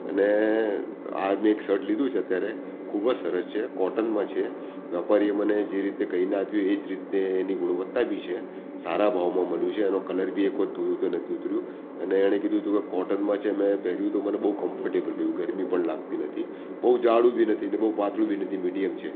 અને આ મેં એક શર્ટ લીધું છે અત્યારે ખૂબ જ સરસ છે કોટનમાં છે વેપારીએ મને જે રીતે કહીને આપ્યું એ જ રીતે એની ગુણવત્તા બી છે સારા ભાવમાં મળ્યું છે એનો કલર બી એક વખત ધોયું તો નથી ઉતર્યું અને એણે કીધું હતું કે કોટનમાં છે મેં પહેર્યું તો મને બહુ કમ્ફર્ટેબલ રહ્યું ગરમી પણ લાગતી નથી બહુ જાડું બી નથી ને બહુ પાતળું બી નથી મીડીયમ છે